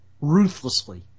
ruthlessly